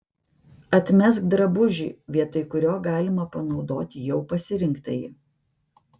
atmesk drabužį vietoj kurio galima panaudoti jau pasirinktąjį